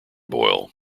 boyle